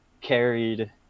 carried